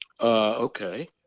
Okay